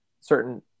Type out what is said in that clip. certain